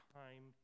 time